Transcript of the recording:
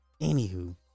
Anywho